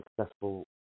successful